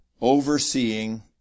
overseeing